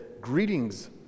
Greetings